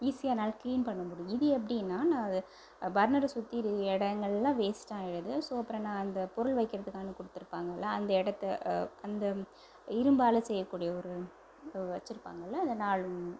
ஈஸியாக என்னால் க்ளீன் பண்ண முடியும் இது எப்படின்னா நான் அதை பர்னரை சுத்தியிரு இடங்கள்லாம் வேஸ்ட்டாயிடுது ஸோ அப்றம் நான் அந்த பொருள் வைக்கறத்துக்கான கொடுத்துருப்பாங்கள்ல அந்த இடத்த அந்த இரும்பால் செய்யக்கூடிய ஒரு வச்சிருப்பாங்கள்ல அந்த நாலும்